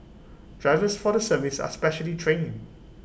drivers for the service are specially trained